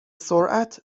سرعت